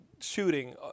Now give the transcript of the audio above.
shooting